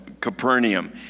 Capernaum